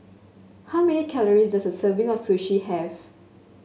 how many calories does a serving of Sushi have